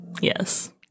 Yes